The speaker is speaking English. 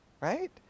right